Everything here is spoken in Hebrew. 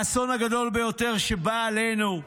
האסון הגדול ביותר שבא עלינו,